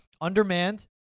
Undermanned